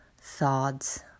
thoughts